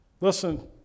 Listen